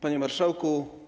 Panie Marszałku!